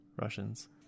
russians